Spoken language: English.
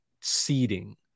seeding